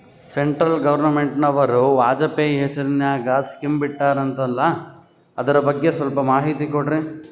Central ಗವರ್ನಮೆಂಟನವರು ವಾಜಪೇಯಿ ಹೇಸಿರಿನಾಗ್ಯಾ scheme ಬಿಟ್ಟಾರಂತಲ್ಲ ಅದರ ಬಗ್ಗೆ ಸ್ವಲ್ಪ ಮಾಹಿತಿ ಕೊಡ್ರಿ?